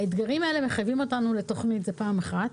האתגרים האלה מחייבים אותנו לתוכנית, זו פעם אחת.